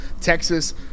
texas